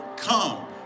Come